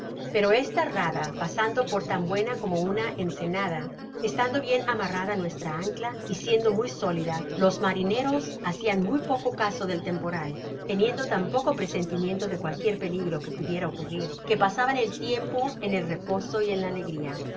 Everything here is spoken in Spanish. pero esta rada pasando por tan buena como una ensenada estando bien amarrada nuestra ancla y siendo muy sólida los marineros hacian muy poco caso del temporal teniendo tan poco presentimiento de cualquier peli gro que pudiera ocurrir que pasaban el tiempo en el reposo y en la alegria